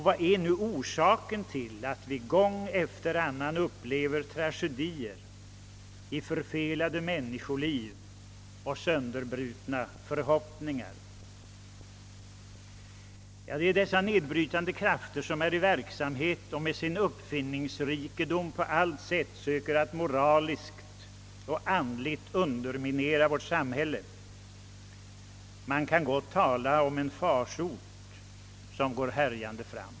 Vad är nu orsaken till att vi gång efter gång får bevittna tragedier i form av förfelade människoliv och sönderbrutna förhoppningar? Det är dessa nedbrytande krafter som är i verksamhet och med sin uppfinningsrikedom söker att moraliskt och andligt underminera vårt samhälle. Man kan gott tala om en farsot som går härjande fram.